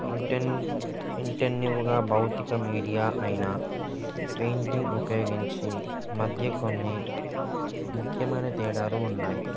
ఇంటెన్ ఇంటెన్యువ్గా భౌతిక మీడియా అయినా పెయింటింగ్ ఉపయోగించి మధ్య కొన్ని ముఖ్యమైన తేడాలు ఉన్నాయి